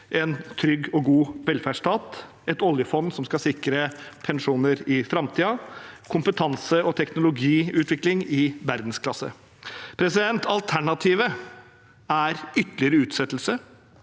en trygg og god velferdsstat, et oljefond som skal sikre pensjoner i framtiden, kompetanse og teknologiutvikling i verdensklasse. Alternativet er ytterligere utsettelse,